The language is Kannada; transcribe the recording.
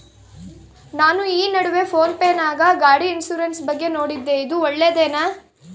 ನಾನು ಈ ನಡುವೆ ಫೋನ್ ಪೇ ನಾಗ ಗಾಡಿ ಇನ್ಸುರೆನ್ಸ್ ಬಗ್ಗೆ ನೋಡಿದ್ದೇ ಇದು ಒಳ್ಳೇದೇನಾ?